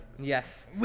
Yes